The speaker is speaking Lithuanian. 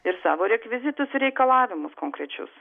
ir savo rekvizitus ir reikalavimus konkrečius